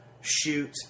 shoot